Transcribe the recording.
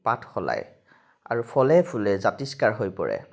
পাত সলায় আৰু ফলে ফুলে জাতিষ্কাৰ হৈ পৰে